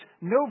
no